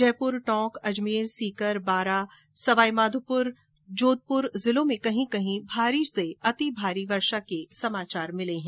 जयपूर टोंक अजमेर सीकर बारां सवाई माधोपुर जोधपुर जिलों में कहीं कही भारी से अति भारी वर्षा के समाचार मिले हैं